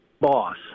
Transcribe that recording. boss